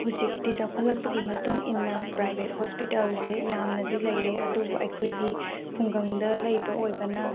ꯍꯧꯖꯤꯛꯇꯤ ꯆꯥꯎꯈꯠꯂꯛꯄꯒꯤ ꯃꯇꯨꯡ ꯏꯟꯅ ꯄ꯭ꯔꯥꯏꯕꯦꯠ ꯍꯣꯁꯄꯤꯇꯥꯜꯁꯦ ꯌꯥꯝꯅꯗꯤ ꯂꯩꯔꯦ ꯑꯗꯨꯕꯨ ꯑꯩꯈꯣꯏꯗꯤ ꯈꯨꯡꯒꯪꯗ ꯂꯩꯕ ꯑꯣꯏꯕꯅ